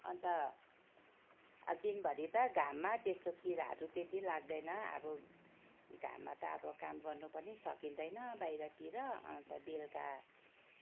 अन्त अब दिनभरि त घाममा त्यस्तो किराहरू त्यती लाग्दैन अब घाममा त अब काम गर्नु पनि सकिँदैन बाहिरतिर अन्त बेलुका